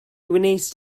wnest